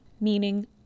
meaning